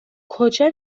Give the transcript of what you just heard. کجا